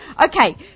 Okay